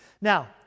Now